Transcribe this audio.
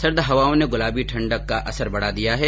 सर्द हवाओं ने गुलाबी ठंड का असर बढ़ा दिया है